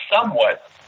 somewhat